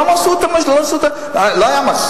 למה לא עשו את, לא היה מחסור?